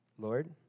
Lord